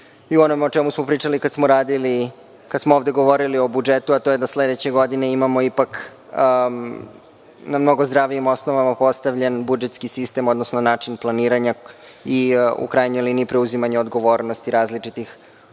u onome o čemu smo pričali kada smo ovde govorili o budžetu, a to je da sledeće godine imamo na mnogo zdravijim osnovama postavljen budžetski sistem, odnosno način planiranja i u krajnjoj liniji preuzimanje odgovornosti različitih, bilo